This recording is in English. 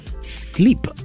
sleep